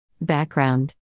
Background